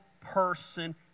person